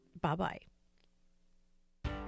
Bye-bye